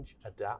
adapt